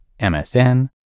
MSN